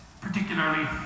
particularly